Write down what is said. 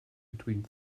between